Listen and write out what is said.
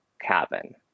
cabin